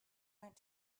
aren’t